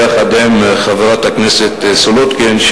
יחד עם הצעת חברת הכנסת סולודקין,